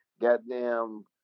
goddamn